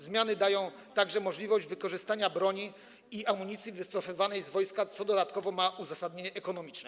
Zmiany dają także możliwość wykorzystania broni i amunicji wycofywanej z wojska, co dodatkowo ma uzasadnienie ekonomiczne.